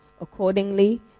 accordingly